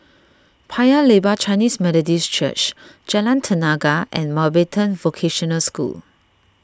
Paya Lebar Chinese Methodist Church Jalan Tenaga and Mountbatten Vocational School